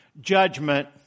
judgment